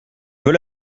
veux